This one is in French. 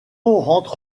rentre